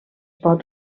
pot